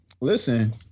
listen